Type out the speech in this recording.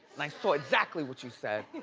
and i saw exactly what you said.